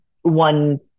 one